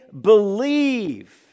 believe